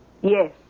Yes